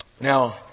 Now